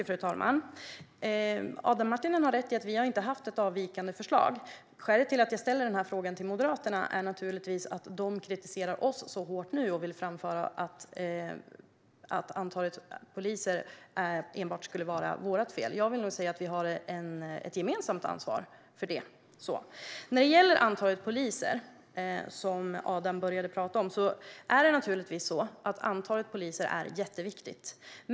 Fru talman! Adam Marttinen har rätt i att vi inte har haft ett avvikande förslag. Skälet till att jag ställer den här frågan till Moderaterna är naturligtvis att de kritiserar oss så hårt nu och vill föra fram att antalet poliser skulle vara enbart vårt fel. Jag vill nog säga att vi har ett gemensamt ansvar för det. Antalet poliser, som Adam började tala om, är naturligtvis jätteviktigt.